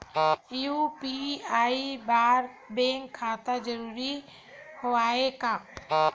UPI बर bank खाता जरूरी हवय का?